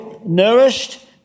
nourished